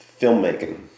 filmmaking